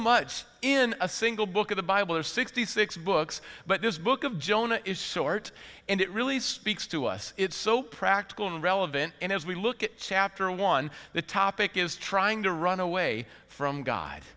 much in a single book of the bible or sixty six books but this book of jonah is short and it really speaks to us it's so practical and relevant and as we look at chapter one the topic is trying to run away from god